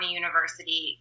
university